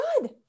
good